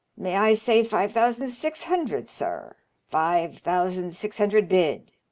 may i say five thousand six hundred, sir? five thousand six hundred bid.